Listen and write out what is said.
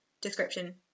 description